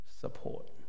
support